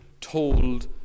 told